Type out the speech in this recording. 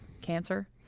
cancer